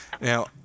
Now